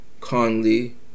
Conley